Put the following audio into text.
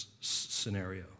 scenario